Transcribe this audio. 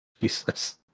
Jesus